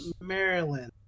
Maryland